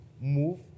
move